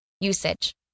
Usage